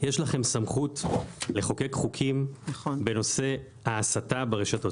יש לכם סמכות לחוקק חוקים בנושא ההסתה ברשתות,